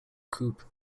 coup